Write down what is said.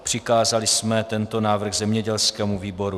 Přikázali jsme tento návrh zemědělskému výboru.